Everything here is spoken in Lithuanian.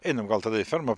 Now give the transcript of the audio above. einam gal tada į fermą